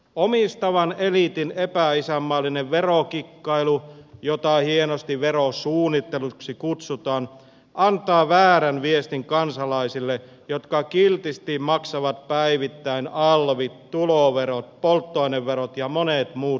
omistavan eliitin epäisänmaallinen verokikkailu jota hienosti verosuunnitteluksi kutsutaan antaa väärän viestin kansalaisille jotka kiltisti maksavat päivittäin alvit tuloverot polttoaineverot ja monet muut maksut